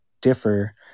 differ